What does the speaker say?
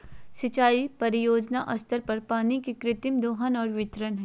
सिंचाई परियोजना स्तर पर पानी के कृत्रिम दोहन और वितरण हइ